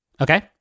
Okay